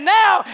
now